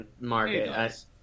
market